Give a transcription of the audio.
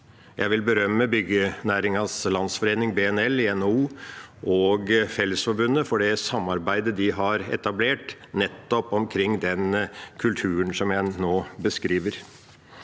Jeg vil berømme Byggenæringens Landsforening – BNL – i NHO og Fellesforbundet for det samarbeidet de har etablert, nettopp omkring den kulturen som jeg nå beskriver.